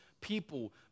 people